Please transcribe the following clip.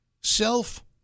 self